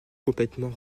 complètement